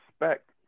respect